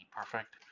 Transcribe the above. perfect